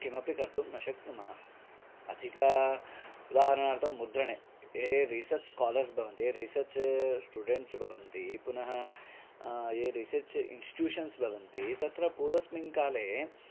किमपि कर्तुं न शक्नुमः अधिकः उदाहरणार्थं मुद्रणे ए रिसर्च् स्कालर्स् भवन्ति ये रिसर्च् स्टुडेन्ट्स् भवन्ति पुनः ये रिसर्च् इन्स्ट्यूशन्स् भवन्ति तत्र पूर्वस्मिन् काले